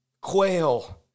Quail